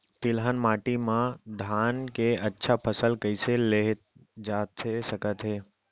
तिलहन माटी मा धान के अच्छा फसल कइसे लेहे जाथे सकत हे?